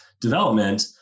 development